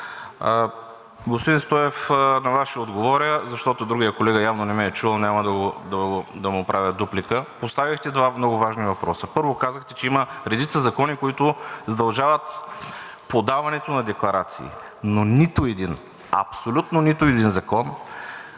Господин Стоев, на Вас ще отговоря, защото другият колега явно не ме е чул, няма да му правя дуплика, поставихте два много важни въпроса. Първо, казахте, че има редица закони, които задължават подаването на декларации, но нито един, абсолютно нито един закон